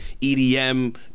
EDM